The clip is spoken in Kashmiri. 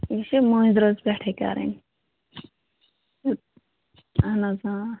یہِ چھِ مٲنٛزِرٲژ پٮ۪ٹھے کَرٕنۍ اہن حظ آ